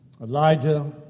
Elijah